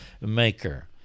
maker